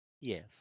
yes